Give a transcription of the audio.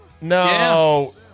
No